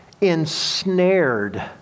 ensnared